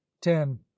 ten